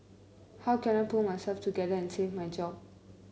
how can I pull myself together and save my job